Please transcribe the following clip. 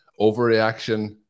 Overreaction